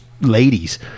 ladies